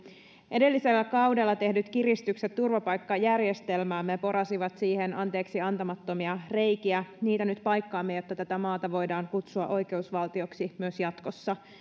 edellisellä kaudella tehdyt kiristykset turvapaikkajärjestelmäämme porasivat siihen anteeksiantamattomia reikiä niitä nyt paikkaamme jotta tätä maata voidaan kutsua oikeusvaltioksi myös jatkossa